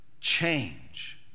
change